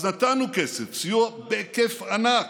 אז נתנו כסף, סיוע בהיקף ענק,